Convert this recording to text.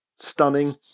Stunning